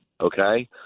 okay